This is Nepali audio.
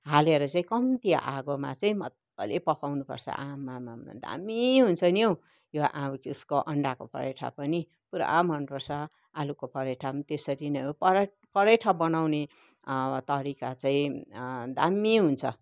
हालेर चाहिँ कम्ती आगोमा चाहिँ मज्जाले पकाउनुपर्छ आमामामा दामी हुन्छ नि औ यो त्यस्को अन्डाको परठा पनि पुरा मनपर्छ आलुको परेठा पनि त्यसरी नै हो परठ परठा बनाउने तरिका चाहिँ दाम्मी हुन्छ